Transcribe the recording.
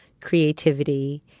creativity